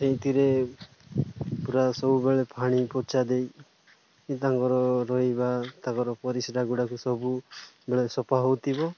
ସେହିଥିରେ ପୁରା ସବୁବେଳେ ପାଣି ପଚା ଦେଇ ତାଙ୍କର ରହିବା ତାଙ୍କର ପରିସ୍ରା ଗୁଡ଼ାକ ସବୁବେଳେ ସଫା ହେଉଥିବ